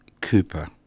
Cooper